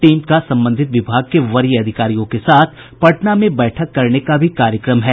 team का संबंधित विभाग के वरीय अधिकारियों के साथ पटना में बैठक करने का भी कार्यक्रम है